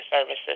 services